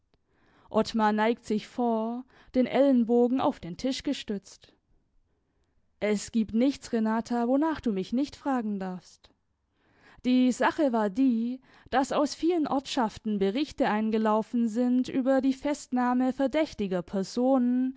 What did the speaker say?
ottmar neigt sich vor den ellenbogen auf den tisch gestützt es gibt nichts renata wonach du mich nicht fragen darfst die sache war die daß aus vielen ortschaften berichte eingelaufen sind über die festnahme verdächtiger personen